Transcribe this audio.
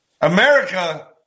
America